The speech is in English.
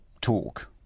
talk